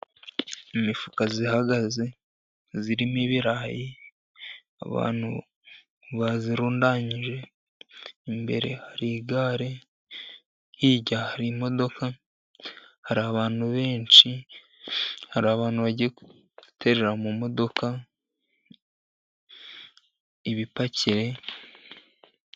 Imifuka ihagaze irimo ibirayi. Abantu bayirundanyije, imbere hari igare, hirya hari imodoka. Hari abantu benshi, hari abantu bagiye kubiterera mu modoka ibipakire.